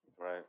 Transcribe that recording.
Right